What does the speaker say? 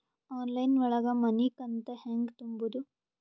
Online ಒಳಗ ಮನಿಕಂತ ಹ್ಯಾಂಗ ತುಂಬುದು?